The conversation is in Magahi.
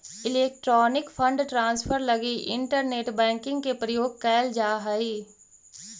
इलेक्ट्रॉनिक फंड ट्रांसफर लगी इंटरनेट बैंकिंग के प्रयोग कैल जा हइ